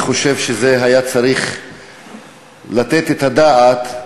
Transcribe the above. אני חושב שהיה צריך לתת את הדעת,